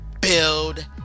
Build